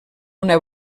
una